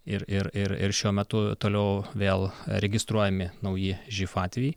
ir ir ir šiuo metu toliau vėl registruojami nauji živ atvejai